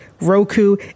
Roku